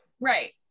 Right